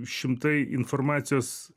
šimtai informacijos